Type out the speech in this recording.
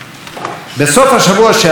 בסוף השבוע שעבר ביקרתי,